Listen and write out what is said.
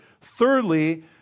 thirdly